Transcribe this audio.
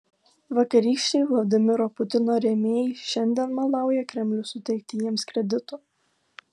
vakarykščiai vladimiro putino rėmėjai šiandien maldauja kremlių suteikti jiems kreditų